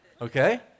okay